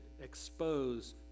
expose